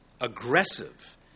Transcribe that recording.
aggressive